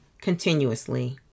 continuously